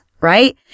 right